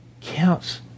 counts